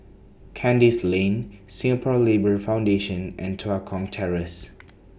Kandis Lane Singapore Labour Foundation and Tua Kong Terrace